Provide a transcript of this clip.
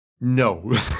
No